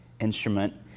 instrument